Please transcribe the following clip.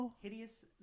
Hideous